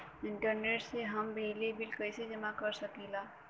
Internet से हम बिजली बिल कइसे जमा कर सकी ला?